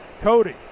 Cody